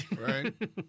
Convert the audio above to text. Right